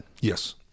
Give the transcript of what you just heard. Yes